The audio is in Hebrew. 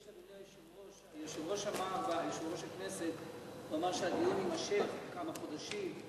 יושב-ראש הכנסת אמר שהדיון יימשך כמה חודשים,